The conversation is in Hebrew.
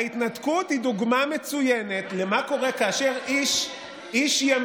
ההתנתקות היא דוגמה מצוינת למה קורה כאשר איש ימין,